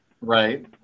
Right